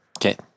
Okay